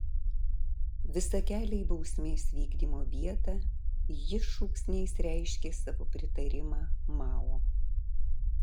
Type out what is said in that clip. visą kelią į bausmės vykdymo vietą ji šūksniais reiškė savo pritarimą mao